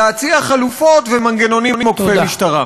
להציע חלופות ומנגנונים עוקפי-משטרה.